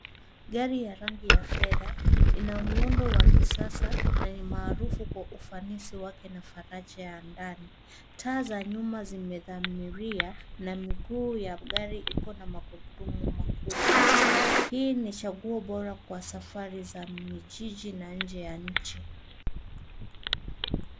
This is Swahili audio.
Gari ya rangi ya fedha, ina muundo wa kisasa na ni maarufu kwa ufanisi wake na faraja ya ndani. Taa za nyuma zimedhamiria na miguu ya gari iko na magurudumu makubwa. Hii ni chaguo bora kwa safari za mijini na nje ya nchi.